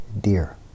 dear